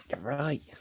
Right